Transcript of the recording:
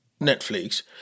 Netflix